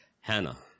Hannah